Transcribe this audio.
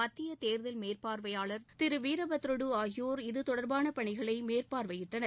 மத்திய தேர்தல் மேற்பாா்வையாளா் திரு வீரபத்ரடு ஆகியோா் இது தொடர்பான பணிகளை மேற்பார்வையிட்டனர்